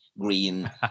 green